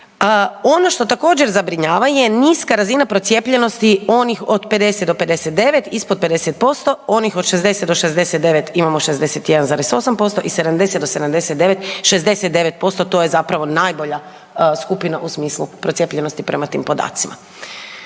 Ono što također zabrinjava je niska razina procijepljenosti onih od 50 do 59, ispod 50%, onih od 60 do 69 imamo 61,8% i 70 do 79 69%, to je zapravo najbolja skupina u smislu procijepljenosti prema tim podacima.